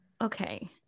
okay